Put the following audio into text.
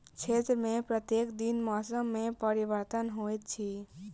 क्षेत्र में प्रत्येक दिन मौसम में परिवर्तन होइत अछि